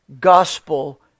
gospel